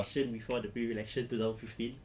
election before the previous election two thousand fifteen